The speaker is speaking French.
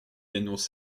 annonce